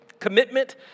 Commitment